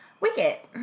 Wicket